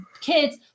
kids